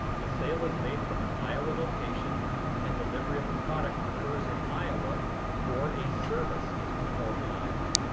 the sale is made from an iowa location and delivery of the product occurs in iowa or a service is performed in iowa.